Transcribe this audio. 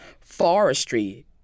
forestry